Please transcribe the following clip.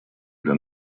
для